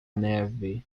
neve